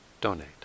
donate